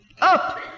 up